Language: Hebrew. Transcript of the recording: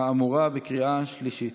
האמורה בקריאה שלישית.